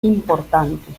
importante